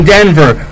Denver